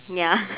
ya